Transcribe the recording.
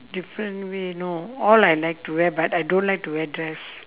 different way no all I like to wear but I don't like to wear dress